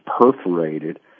perforated